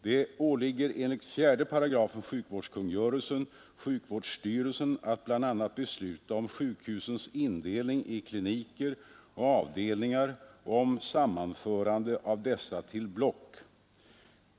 Det åligger enligt 4 § sjukvårdskungörelsen sjukvårdsstyrelsen att bl.a. besluta om sjukhusens indelning i kliniker och avdelningar och om sammanförande av dessa till block.